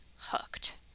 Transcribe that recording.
hooked